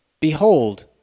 Behold